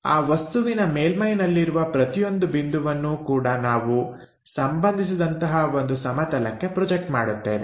ಆ ವಸ್ತುವಿನ ಮೇಲ್ಮೈನಲ್ಲಿರುವ ಪ್ರತಿಯೊಂದು ಬಿಂದುವನ್ನೂ ಕೂಡ ನಾವು ಸಂಭಂಧಿಸಿದಂತಹ ಒಂದು ಸಮತಲಕ್ಕೆ ಪ್ರೊಜೆಕ್ಟ್ ಮಾಡುತ್ತೇವೆ